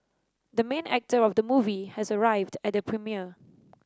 the main actor of the movie has arrived at the premiere